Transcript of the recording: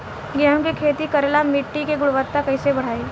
गेहूं के खेती करेला मिट्टी के गुणवत्ता कैसे बढ़ाई?